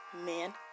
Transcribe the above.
men